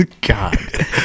God